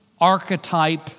archetype